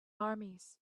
armies